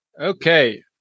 Okay